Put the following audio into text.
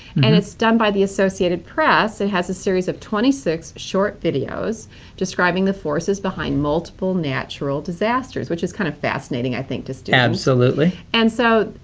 and it's done by the associated press, it has a series of twenty six short videos describing the forces behind multiple natural disasters which is kind of fascinating, i think, to students. so absolutely. and so,